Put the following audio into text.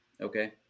Okay